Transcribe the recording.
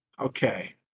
Okay